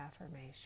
affirmation